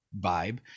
vibe